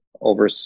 over